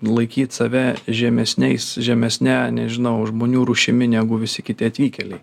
laikyt save žemesniais žemesne nežinau žmonių rūšimi negu visi kiti atvykėliai